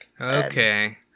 Okay